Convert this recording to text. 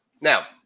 Now